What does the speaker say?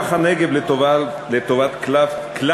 לא